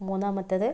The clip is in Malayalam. മൂന്നാമത്തത്